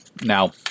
Now